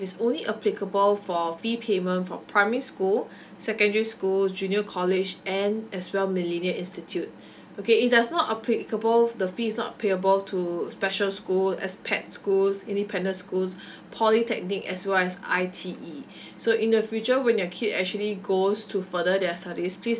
is only applicable for fee payment for primary school secondary school junior college and as well millenia institute okay it does not applicable the fees are not payable to special school S_P_E_D schools independent schools polytechnic as well as I_T_E so in the future when your kid actually goes to further their studies please